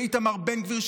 של איתמר בן גביר,